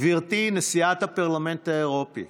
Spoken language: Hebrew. גברתי נשיאת הפרלמנט האירופי,